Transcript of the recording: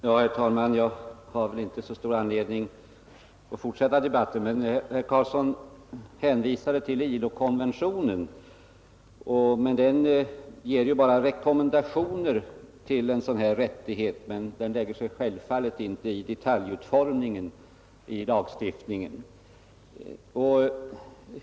Herr talman! Jag har väl inte så stor anledning att fortsätta debatten, men eftersom herr Carlsson i Vikmanshyttan hänvisade till ILO-konventionen vill jag säga att den bara ger rekommendationer till en sådan här rättighet men självfallet inte lägger sig i detaljutformningen av lagstiftningen.